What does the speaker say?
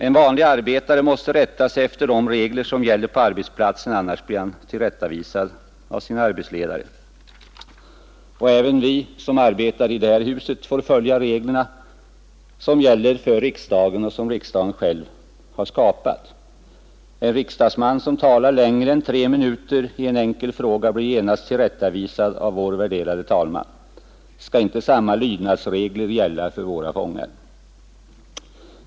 En vanlig arbetare måste rätta sig efter de regler som finns på arbetsplatsen. Annars blir han tillrättavisad av sin arbetsledare. Även vi som arbetar i detta hus får följa de regler som gäller för riksdagen och som riksdagen själv skapat. En riksdagsman som talar längre än tre minuter vid en frågedebatt blir genast tillrättavisad av vår värderade talman. Skall inte samma lydnadsregler gälla för våra fångar?